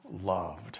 loved